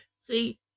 See